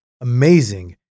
amazing